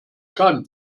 kann